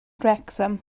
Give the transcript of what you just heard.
wrecsam